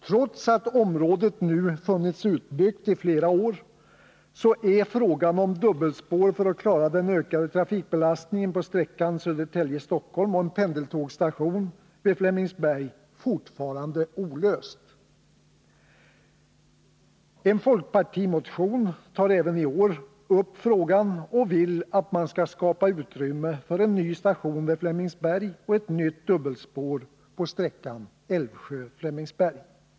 Trots att området nu funnits utbyggt i flera år är frågan om dubbelspår för att klara den ökade trafikbelastningen på sträckan Södertälje-Stockholm och en pendeltågsstation vid Flemingsberg fortfarande olöst. En folkpartimotion tar även i år upp frågan och vill att man skall skapa utrymme för en ny station vid Flemingsberg och ett nytt dubbelspår på sträckan Älvsjö-Flemingsberg.